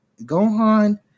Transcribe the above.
Gohan